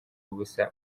ubusa